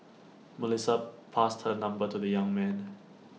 Melissa passed her number to the young man